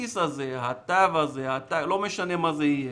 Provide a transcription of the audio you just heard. הוא לא מוגבל, הוא לא נכה.